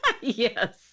Yes